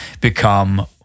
become